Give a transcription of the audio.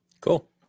Cool